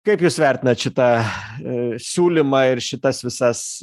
kaip jūs vertinat šitą siūlymą ir šitas visas